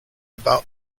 about